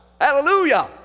Hallelujah